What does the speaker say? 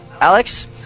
Alex